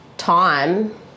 Time